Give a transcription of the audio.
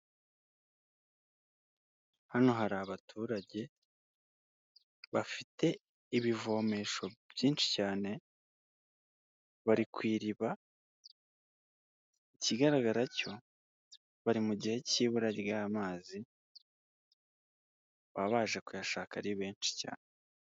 Hano hari abaturage bafite ibivomesho byinshi cyane, bari ku iriba, ikigaragara cyo bari mu gihe cy'ibura ry'amazi, baba baje kuyashaka ari benshi cyane.